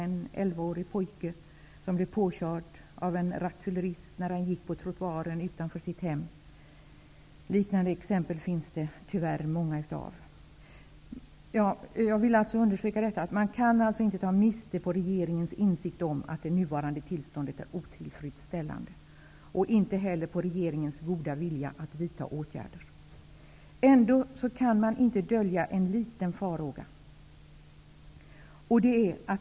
En elvaårig pojke som gick på trottoaren utanför sitt hem blev t.ex. påkörd av en rattfyllerist. Det finns tyvärr många liknande exempel. Jag vill understryka att man inte kan ta miste på regeringens insikt om att det nuvarande tillståndet är otillfredsställande och inte heller på regeringens goda vilja att vidta åtgärder. Man kan ändock inte dölja en liten farhåga.